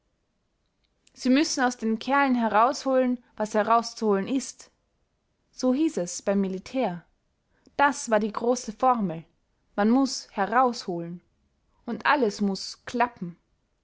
sie müssen aus den kerlen herausholen was herauszuholen ist so hieß es beim militär das war die große formel man muß herausholen und alles muß klappen